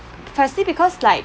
firstly because like